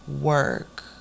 work